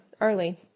early